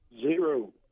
Zero